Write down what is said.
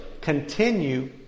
continue